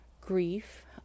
grief